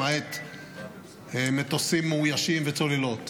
למעט מטוסים מאוישים וצוללות.